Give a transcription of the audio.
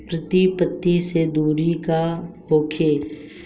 प्रति पंक्ति के दूरी का होखे?